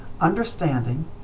Understanding